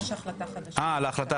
יש החלטה חדשה.